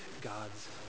God's